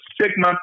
Sigma